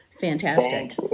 Fantastic